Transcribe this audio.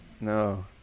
no